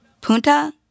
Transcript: Punta